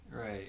Right